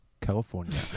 California